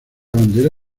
bandera